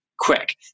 quick